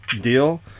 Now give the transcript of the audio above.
deal